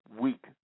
weak